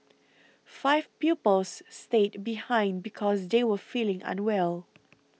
five pupils stayed behind because they were feeling unwell